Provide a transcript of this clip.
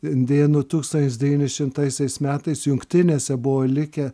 indėnų tūkstantis devyni šimtaisiais metais jungtinėse buvo likę